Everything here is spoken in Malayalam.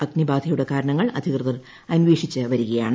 അഗ്നിബാധയുടെ കാരണങ്ങൾ അധികൃതർ അന്വേഷിച്ചുവരികയാണ്